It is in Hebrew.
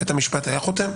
האם בית המשפט היה חותם,